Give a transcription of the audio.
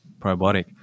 probiotic